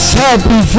happy